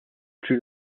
plus